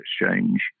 Exchange